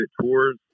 tours